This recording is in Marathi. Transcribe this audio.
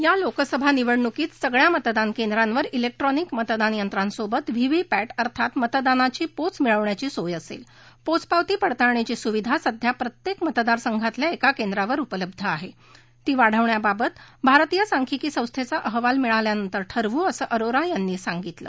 या लोकसभा निवडणुकीत सगळ्या मतदान केंद्रांवर क्रिक्ष्ट्रॉनिक मतदान यंत्रासक्रि व्हीव्हीपॅट अर्थात मतदानाची पोच मिळण्याची सोय असक्षी पोचपवती पडताळणीची सुविधा सध्या प्रत्यक्षीमतदार संघातल्या एका केंद्रावर उपलब्ध आहाती वाढवण्याबाबत भारतीय सांख्यिकी संस्थाची अहवाल मिळाल्यानंतर ठरवू असं अरोरा यांनी सांगितलं